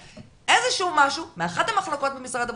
איזשהו משהו מאחת המחלקות במשרד הבריאות,